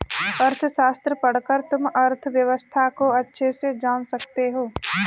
अर्थशास्त्र पढ़कर तुम अर्थव्यवस्था को अच्छे से जान सकते हो